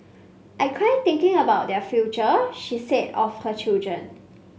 I cry thinking about their future she said of her children